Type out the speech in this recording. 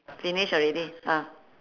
finish already ah